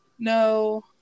No